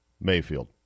Mayfield